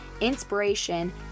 inspiration